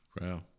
Wow